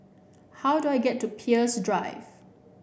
how do I get to Peirce Drive